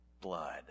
blood